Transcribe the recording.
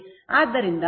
ಆದ್ದರಿಂದ 10 13